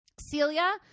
celia